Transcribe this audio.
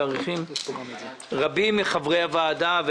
רבים מחברי הוועדה,